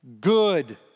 good